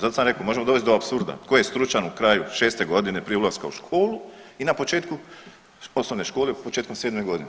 Zato sam rekao možemo dovesti do apsurda tko je stručan u kraju 6 godine prije ulaska u školu i na početku osnovne škole početkom 7 godine.